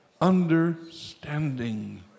understanding